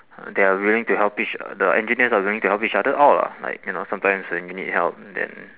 they're willing to help each the engineers are willing to help each other out lah like you know sometimes when you need help then